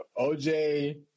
OJ